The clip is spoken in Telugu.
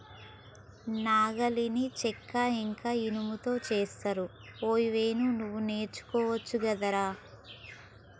నాగలిని చెక్క ఇంక ఇనుముతో చేస్తరు అరేయ్ వేణు నువ్వు నేర్చుకోవచ్చు గదరా